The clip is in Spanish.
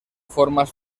formas